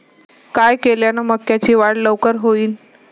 काय केल्यान मक्याची वाढ लवकर होईन?